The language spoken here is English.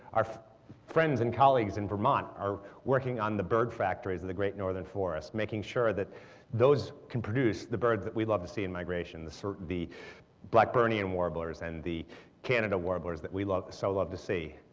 our friends and colleagues in vermont are working on the bird factories of the great northern forest, making sure that those can produce the birds that we love to see in migration the sort of the blackburnian warblers and the canada warblers that we so love to see.